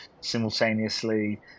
simultaneously